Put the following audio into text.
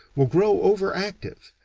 will grow over-active,